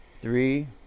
three